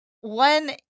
One